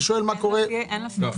אני שואל מה קורה אם השר לא מפרסם.